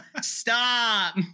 Stop